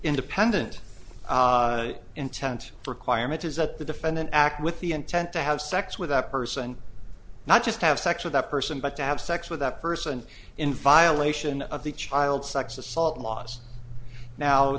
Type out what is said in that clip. independent intent requirement is that the defendant act with the intent to have sex with that person not just have sex with that person but to have sex with that person in violation of the child sex assault laws now